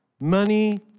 money